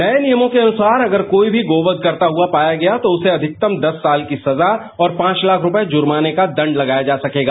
नये नियमों के अनुसार अगर कोई भी गोवध करता हुआ पाया गया तो उसे अधिकतम दस साल की सजा और पांच लाख रुपये जुमनि का दंड लगाया जा सकेगा